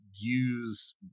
use